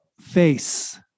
face